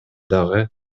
дагы